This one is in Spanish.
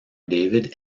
david